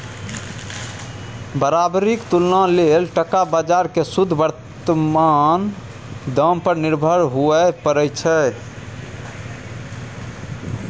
बराबरीक तुलना लेल टका बजार केँ शुद्ध बर्तमान दाम पर निर्भर हुअए परै छै